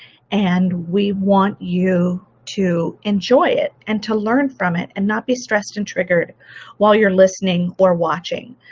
and we want you to enjoy it and to learn from it and not be stressed and triggered while you're listening or watching.